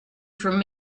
from